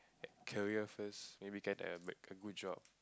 career first maybe can have like a good job